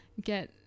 get